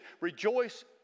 rejoice